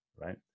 right